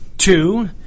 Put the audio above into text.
two